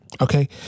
okay